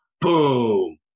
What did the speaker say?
Boom